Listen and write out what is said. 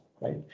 right